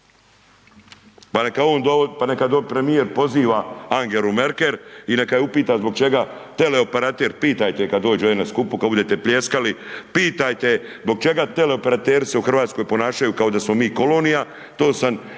pa neka on, pa neka premijer poziva Angelu Merkel i neka je upita zbog čega teleoperater, pitajte je kad dođe u …/Govornik se ne razumije/… skupu, kad budete pljeskali, pitajte je zbog čega teleoperateri se u RH ponašaju kao da smo mi kolonija, to sam i